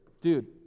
dude